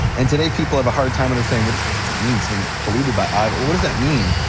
and today people have a hard time understanding what does that mean, something polluted by idols, what does that mean?